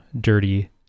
dirty